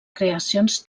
creacions